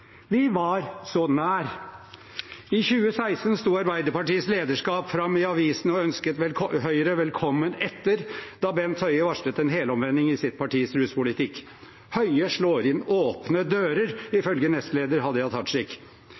Vi var så nær. I 2016 sto Arbeiderpartiets lederskap fram i avisene og ønsket Høyre «velkommen etter» da Bent Høie varslet en helomvending i sitt partis ruspolitikk: Høie slår inn åpne dører, ifølge nestleder Hadia Tajik.